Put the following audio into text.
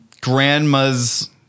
grandma's